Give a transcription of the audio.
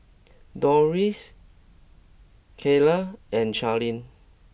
Dorris Kaylie and Charline